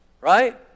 Right